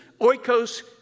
Oikos